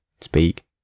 speak